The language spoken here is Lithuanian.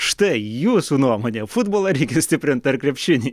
štai jūsų nuomone futbolą reikia stiprint ar krepšinį